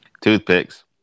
Toothpicks